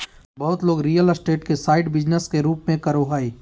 बहुत लोग real estate के साइड बिजनेस के रूप में करो हइ